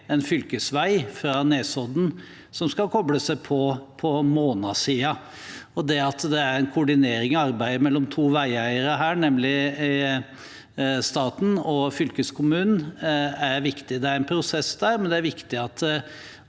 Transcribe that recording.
en fylkesvei fra Nesodden, som skal kobles på på Måna-siden. Det at det er en koordinering av arbeidet mellom to veieiere her, nemlig staten og fylkeskommunen, er viktig. Det er en prosess der, men det er viktig at